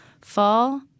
Fall